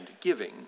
giving